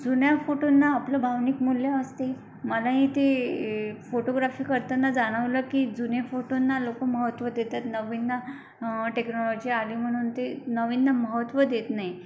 जुन्या फोटोंना आपलं भावनिक मूल्य असते मलाही ते फोटोग्राफी करताना जाणवलं की जुन्या फोटोंना लोक महत्त्व देतात नवीनना टेक्नॉलॉजी आली म्हणून ते नवीनना महत्त्व देत नाही